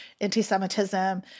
anti-Semitism